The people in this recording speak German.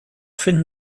finden